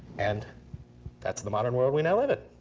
and that's the modern world we now live in.